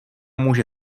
může